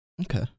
Okay